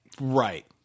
Right